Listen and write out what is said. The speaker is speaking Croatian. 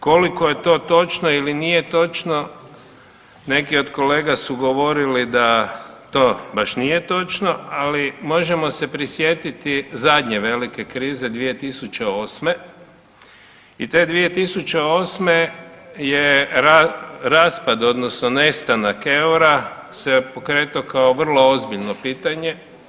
Koliko je to točno ili nije točno neki od kolega su govorili da to baš nije točno, ali možemo se prisjetiti zadnje velike krize 2008. i te 2008. je raspad odnosno nestanak EUR-a se pokretao kao vrlo ozbiljno pitanje.